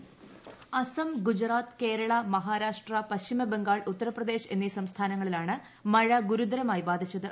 voice Assam Gujarat Kerala Maharashtra Paschim Bengal Uttar Pradesh എന്നീ സംസ്ഥാനങ്ങളിലാണ് മഴ ഗുരുതരമായി ബാധിച്ചത്